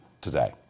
today